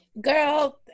girl